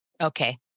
Okay